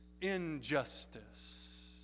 injustice